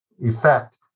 effect